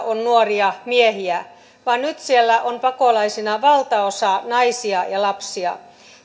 on nuoria miehiä vaan nyt siellä on pakolaisista valtaosa naisia ja lapsia